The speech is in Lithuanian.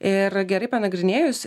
ir gerai panagrinėjus